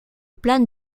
plan